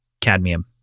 cadmium